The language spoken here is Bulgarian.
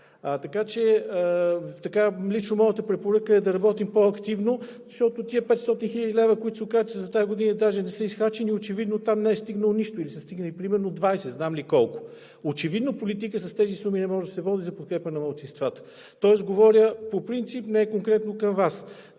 Така че лично моята препоръка е да работим по-активно, защото тези 500 хил. лв., които се оказа, че са за тази година, даже не са изхарчени. Очевидно там не е стигнало нищо или са стигнали примерно 20, знам ли колко. Очевидно политика с тези суми за подкрепа на малцинствата не може да се води – говоря по принцип, не конкретно към Вас.